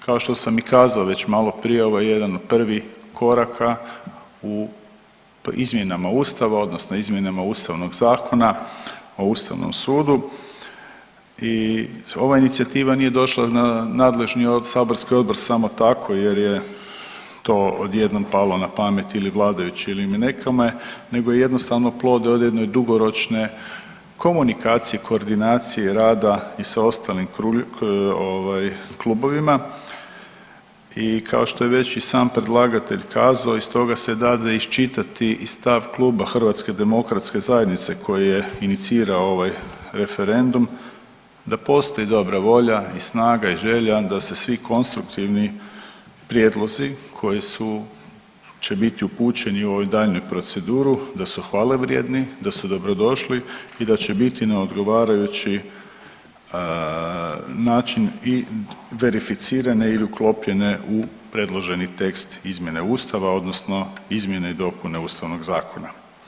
Kao što sam i kazao već maloprije ovo je jedan od prvih koraka u izmjenama ustava odnosno izmjenama Ustavnog zakona o ustavnom sudu i ova inicijativa nije došla na nadležni saborski odbor samo tako jer je to odjednom palo na pamet ili vladajućim ili nekome nego je jednostavno plod ovdje jedne dugoročne komunikacije i koordinacije rada i sa ostalim ovaj klubovima i kao što je već i sam predlagatelj kazao i stoga se dade iščitati i stav Kluba HDZ-a koji je inicirao ovaj referendum da postoji dobra volja i snaga i želja da se svi konstruktivni prijedlozi koji su, će biti upućeni u ovu daljnju proceduru da su hvale vrijedni, da su dobrodošli i da će biti na odgovarajući način i verificirane ili uklopljene u predloženi tekst izmjene ustava odnosno izmjene i dopune Ustavnog zakona.